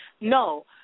No